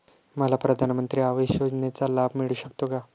मला प्रधानमंत्री आवास योजनेचा लाभ मिळू शकतो का?